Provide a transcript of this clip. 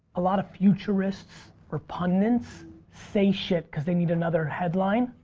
a lot of futurists or pundits say shit cause they need another headline.